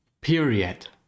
period